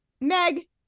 Meg